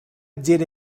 did